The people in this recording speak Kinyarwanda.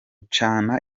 cana